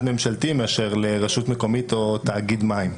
ממשלתי מאשר לרשות מקומית או לתאגיד מים.